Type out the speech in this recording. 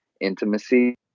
intimacy